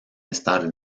estar